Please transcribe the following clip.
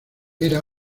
era